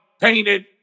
painted